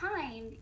time